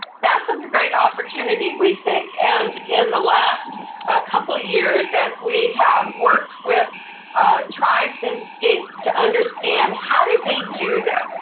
that's a great opportunity, we think, and in the last couple years, as we have worked with tribes and states to understand how did they do this,